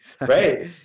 Right